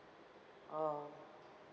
oh